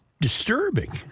disturbing